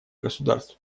государств